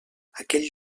aquell